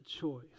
choice